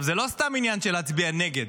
זה לא סתם עניין של להצביע נגד,